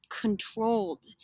controlled